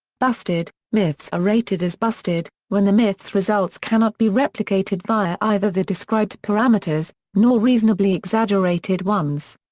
busted myths are rated as busted when the myth's results cannot be replicated via either the described parameters, nor reasonably exaggerated ones.